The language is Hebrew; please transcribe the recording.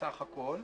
בסך הכול.